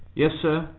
yes, sir,